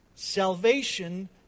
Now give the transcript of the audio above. salvation